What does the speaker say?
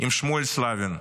עם שמואל סלבין.